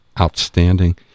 Outstanding